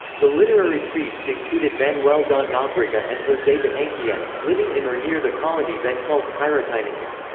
the literary priests included manuel da nobrega and jose de anchieta, living in or near the colony then called piratininga.